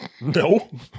No